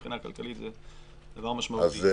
מבחינה כלכלית זה דבר משמעותי.